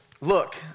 look